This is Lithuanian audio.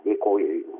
dėkoju jum